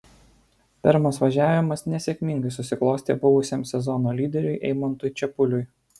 pirmas važiavimas nesėkmingai susiklostė buvusiam sezono lyderiui eimantui čepuliui